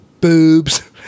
boobs